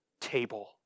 table